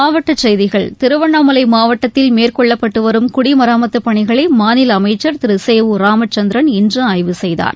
மாவட்டக் செய்திகள் திருவண்ணாமலை மாவட்டத்தில் மேற்கொள்ளப்பட்டு வரும் குடிமராமத்துப் பணிகளை மாநில அமைச்சர் திரு சேவூர் ராமச்சந்திரன் இன்று ஆய்வு செய்தார்